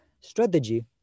strategy